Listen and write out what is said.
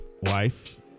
wife